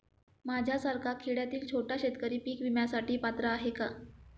माझ्यासारखा खेड्यातील छोटा शेतकरी पीक विम्यासाठी पात्र आहे का?